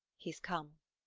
he s come.